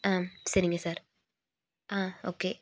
ஆ சரிங்க சார் ஆ ஓகே